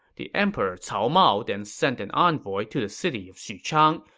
the emperor cao mao then sent an envoy to the city of xuchang,